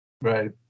Right